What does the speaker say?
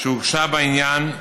שהוגשה בעניין,